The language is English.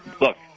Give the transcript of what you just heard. look